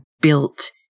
built